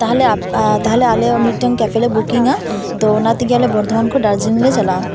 ᱛᱟᱦᱚᱞᱮ ᱟᱯ ᱛᱟᱦᱚᱞᱮ ᱟᱞᱮ ᱦᱚᱸ ᱢᱤᱫᱴᱮᱱ ᱠᱮᱯᱷᱮᱞᱮ ᱵᱩᱠᱤᱝᱟ ᱛᱚ ᱚᱱᱟᱛᱮᱜᱮ ᱟᱞᱮ ᱵᱚᱨᱫᱷᱚᱢᱟᱱ ᱠᱷᱚᱱ ᱫᱟᱨᱡᱤᱞᱤᱝ ᱞᱮ ᱪᱟᱞᱟᱜᱼᱟ